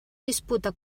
disputa